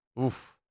Oof